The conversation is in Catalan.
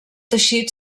teixit